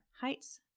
heights